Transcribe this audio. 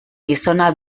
gizona